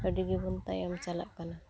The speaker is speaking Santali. ᱟᱹᱰᱤ ᱜᱮᱵᱚᱱ ᱛᱟᱭᱚᱢ ᱪᱟᱞᱟᱜ ᱠᱟᱱᱟ